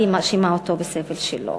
אבל היא מאשימה אותו בסבל שלו.